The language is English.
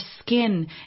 skin